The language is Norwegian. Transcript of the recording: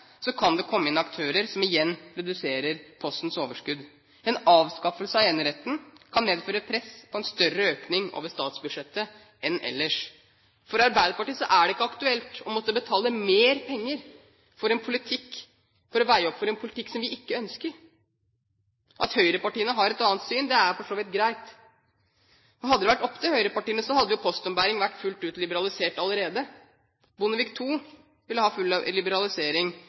kan det komme inn aktører som igjen reduserer Postens overskudd. En avskaffelse av eneretten kan medføre en større økning over statsbudsjettet enn ellers. For Arbeiderpartiet er det ikke aktuelt å måtte betale mer penger for å veie opp for en politikk som vi ikke ønsker. At høyrepartiene har et annet syn, er for så vidt greit. Hadde det vært opp til høyrepartiene, hadde jo postombæring vært fullt ut liberalisert allerede. Bondevik II ville ha full liberalisering